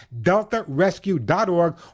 DeltaRescue.org